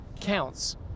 counts